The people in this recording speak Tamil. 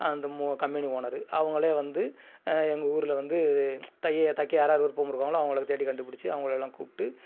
அந்த மு கம்பெனி ஓனரு அவங்களே வந்து எங்கள் ஊரில் வந்து இது தைய தைக்க யாரார் விருப்பமாக இருக்காங்களோ அவங்கள தேடி கண்டுபிடிச்சி அவங்களெல்லாம் கூப்பிட்டு